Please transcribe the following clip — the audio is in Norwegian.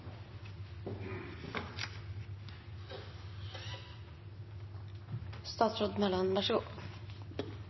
statsråd Monica Mæland